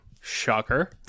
Shocker